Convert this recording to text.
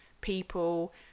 people